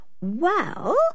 Well